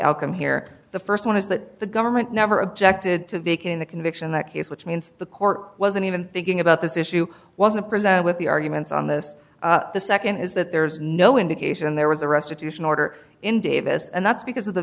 outcome here the st one is that the government never objected to vacate the conviction that case which means the court wasn't even thinking about this issue wasn't presented with the arguments on this the nd is that there's no indication there was a restitution order in davis and that's because of the